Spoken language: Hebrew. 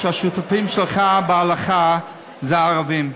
שהשותפים שלך בהלכה זה ערבים.